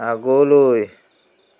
আগলৈ